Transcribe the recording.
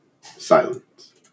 Silence